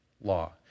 law